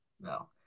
No